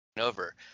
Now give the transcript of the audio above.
over